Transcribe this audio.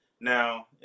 Now